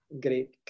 Great